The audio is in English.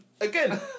Again